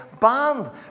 banned